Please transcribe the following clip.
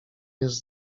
jest